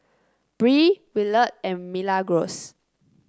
Bree Willard and Milagros